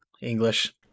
English